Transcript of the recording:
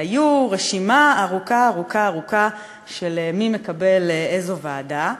עם רשימה ארוכה ארוכה ארוכה של מי מקבל איזו ועדה.